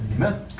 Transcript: Amen